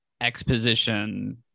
exposition